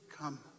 come